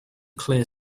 clear